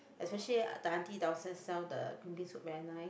especially the auntie downstairs sell the green bean soup very nice